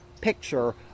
picture